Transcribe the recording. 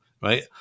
right